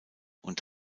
und